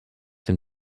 dem